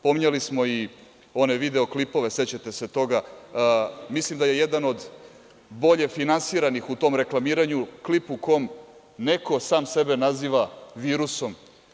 Pominjali smo i one video klipove, sećate se toga, mislim da je jedan od bolje finansiranih u tom reklamiranju klip u kome neko sam sebe naziva virusom.